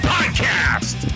Podcast